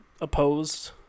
opposed